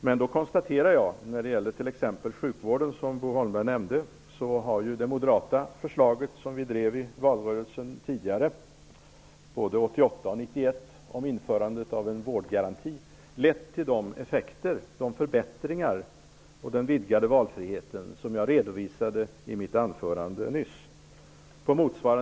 Jag konstaterar t.ex. när det gäller sjukvården, som Bo Holmberg nämnde, att det moderata förslaget om införande av en vårdgaranti, som vi drev i valrörelsen både 1988 och 1991, ledde till de förbättringar och den vidgade valfrihet som jag redovisade i mitt anförande nyss.